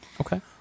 Okay